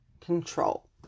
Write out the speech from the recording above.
control